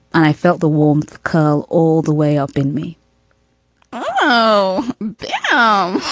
and i felt the warmth curl all the way up in me oh oh